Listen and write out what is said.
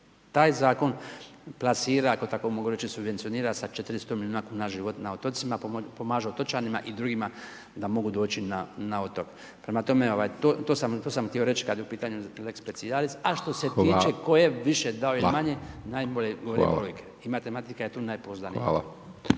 taj zakon, plasira, ako tak mogu reći, subvencionira sa 400 milijuna kuna život na otocima. Pomažu otočanima i drugima da mogu doći na otok. Prema tome, to sam htio reći, kada je u pitanju lex specijalist, a što se tiče tko je više dao ili manje, najbolje govore brojke i matematika je tu najpouzdanija.